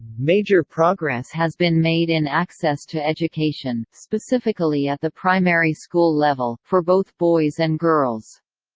major progress has been made in access to education, specifically at the primary school level, for both boys and girls.